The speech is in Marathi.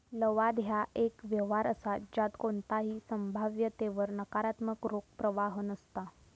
लवाद ह्या एक व्यवहार असा ज्यात कोणताही संभाव्यतेवर नकारात्मक रोख प्रवाह नसता